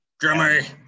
jimmy